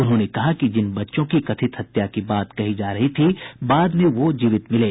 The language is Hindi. उन्होंने कहा कि जिन बच्चों की कथित हत्या की बात कही जा रही थी बाद में वो जीवित मिले